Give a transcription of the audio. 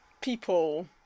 people